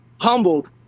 humbled